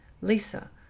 Lisa